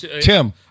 Tim